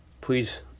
Please